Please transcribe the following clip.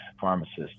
pharmacists